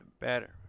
better